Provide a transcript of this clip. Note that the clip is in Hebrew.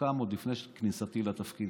שהוקמה עוד לפני כניסתי לתפקיד,